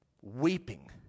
weeping